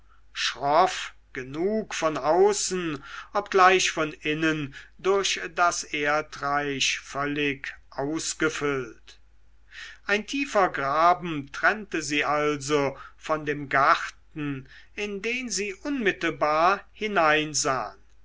schroff genug von außen obgleich von innen durch das erdreich völlig ausgefüllt ein tiefer graben trennte sie also von dem garten in den sie unmittelbar hineinsahen